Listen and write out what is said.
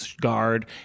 guard